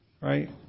right